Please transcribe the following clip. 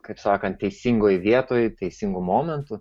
kaip sakant teisingoj vietoj teisingu momentu